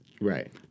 Right